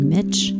Mitch